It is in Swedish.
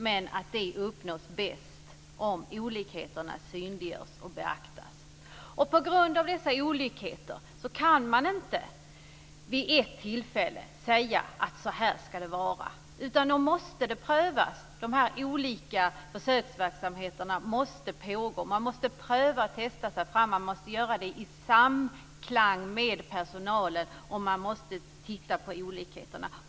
Men det uppnås bäst om olikheterna synliggörs och beaktas. På grund av dessa olikheter kan man inte vid ett tillfälle säga: Så här ska det vara, utan det måste prövas. De olika försöksverksamheterna måste pågå. Man måste pröva och testa sig fram, göra det i samklang med personalen och titta på olikheterna.